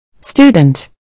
Student